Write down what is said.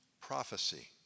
prophecy